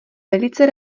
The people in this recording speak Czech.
velice